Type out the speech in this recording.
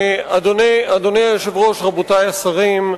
אדוני היושב-ראש, רבותי השרים,